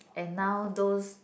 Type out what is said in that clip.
and now those